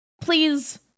Please